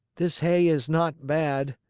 this hay is not bad,